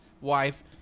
wife